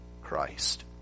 Christ